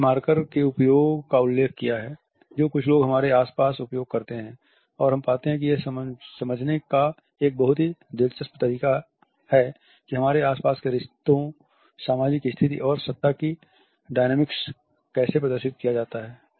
हमने मार्कर के उपयोग का उल्लेख किया है जो कुछ लोग हमारे आस पास उपयोग करते हैं और हम पाते हैं कि यह समझने का एक बहुत ही दिलचस्प तरीका है कि हमारे आसपास के रिश्तों सामाजिक स्थिति और सत्ता की डायनोमिक्स को कैसे प्रदर्शित किया जाता है